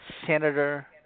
Senator